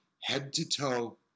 head-to-toe